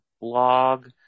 blog